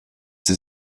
sie